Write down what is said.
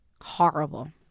horrible